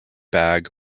bag